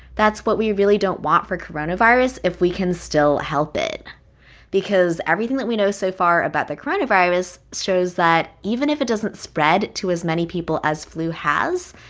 that's what we really don't want for coronavirus if we can still help it because everything that we know so far about the coronavirus shows that even if it doesn't spread to as many people as flu has,